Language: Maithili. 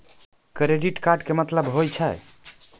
क्रेडिट कार्ड के मतलब होय छै?